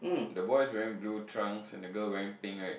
the boy is wearing blue trunks and the girl wearing pink right